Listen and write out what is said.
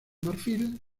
marfil